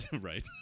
right